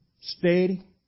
steady